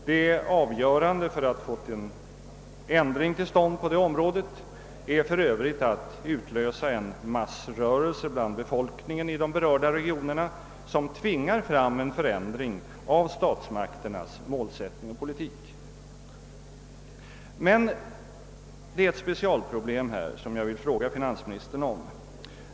Det avgörande för att få en ändring till stånd på det området är för övrigt att utlösa en massrörelse bland befolkningen i de berörda regionerna som tvingar fram en ändring av statsmakternas målsättning och politik. Det är emellertid ett speciellt problem som jag vill fråga finansministern om.